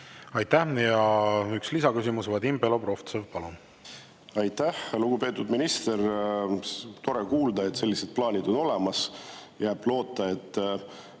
Aitäh! Üks lisaküsimus. Vadim Belobrovtsev, palun! Aitäh! Lugupeetud minister! Tore kuulda, et sellised plaanid on olemas. Jääb loota, et